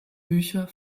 bücher